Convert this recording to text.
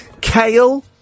kale